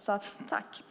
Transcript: Därför säger jag tack.